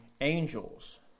angels